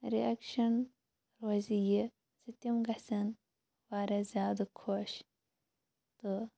reaction روزِ یہِ کہِ تِم گژھن واریاہ زیادٕ خۄش تہٕ